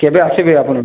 କେବେ ଆସିବେ ଆପଣ